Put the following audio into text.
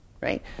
right